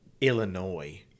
Illinois